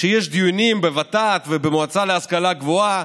שיש דיונים בוות"ת ובמועצה להשכלה הגבוהה